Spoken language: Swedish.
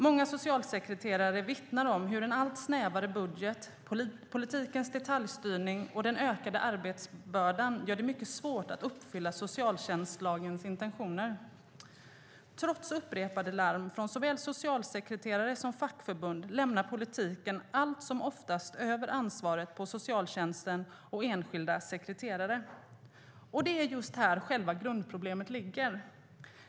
Många socialsekreterare vittnar om hur en allt snävare budget, politikens detaljstyrning och den ökade arbetsbördan gör det mycket svårt att uppfylla socialtjänstlagens intentioner. Trots upprepade larm från såväl socialsekreterare som fackförbund lämnar politiken allt som oftast över ansvaret på socialtjänsten och enskilda sekreterare. Det är just här själva grundproblemet ligger.